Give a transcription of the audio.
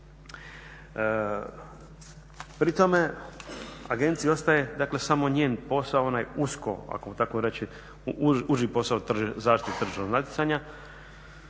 Pri tome agenciji ostaje samo njen posao, onaj usko ako mogu tako reći uži posao zaštite tržišnog natjecanja